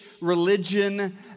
religion